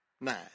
nine